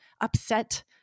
upset